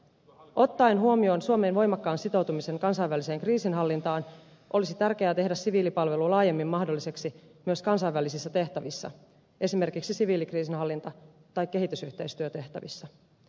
ottaen huomioon suomen voimakkaan sitoutumisen kansainväliseen kriisinhallintaan olisi tärkeää tehdä siviilipalvelu laajemmin mahdolliseksi myös kansainvälisissä tehtävissä esimerkiksi siviilikriisinhallinta tai kehitysyhteistyötehtävissä